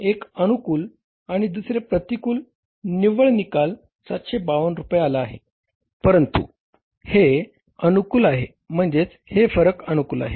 एक अनुकूल आणि दुसरे प्रतिकूल निव्वळ निकाल 752 रुपये आला आहे परंतु हे अनुकूल आहे म्हणजेच हे फरक अनुकूल आहे